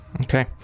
okay